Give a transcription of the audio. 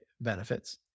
benefits